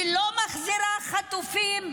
היא לא מחזירה חטופים,